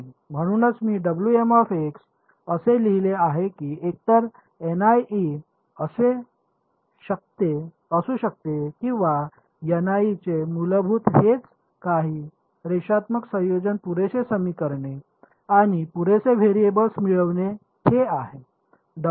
म्हणूनच मी असे लिहिले आहे की एकतर असू शकते किंवा चे मूलभूत हेतूचे काही रेषात्मक संयोजन पुरेसे समीकरणे आणि पुरेसे व्हेरिएबल्स मिळविणे हे आहे